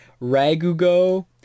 Ragugo